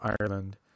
Ireland